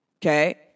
Okay